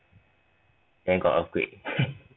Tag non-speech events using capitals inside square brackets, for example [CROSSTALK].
then got earthquake [LAUGHS]